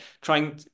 trying